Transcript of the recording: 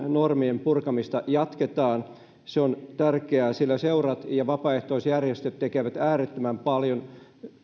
normien purkamista jatketaan se on tärkeää sillä seurat ja vapaaehtoisjärjestöt tekevät äärettömän paljon